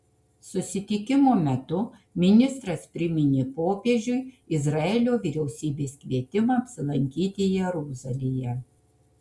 susitikimo metu ministras priminė popiežiui izraelio vyriausybės kvietimą apsilankyti jeruzalėje